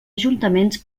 ajuntaments